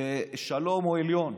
שלום או עליון.